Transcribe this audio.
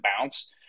bounce